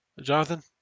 Jonathan